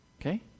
Okay